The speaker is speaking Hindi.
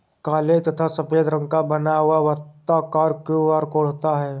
काले तथा सफेद रंग का बना हुआ वर्ताकार क्यू.आर कोड होता है